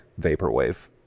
Vaporwave